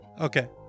Okay